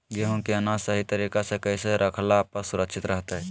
गेहूं के अनाज सही तरीका से कैसे रखला पर सुरक्षित रहतय?